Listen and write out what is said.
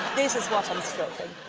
this is what i'm